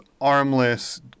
armless